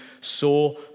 saw